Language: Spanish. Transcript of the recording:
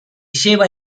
lleva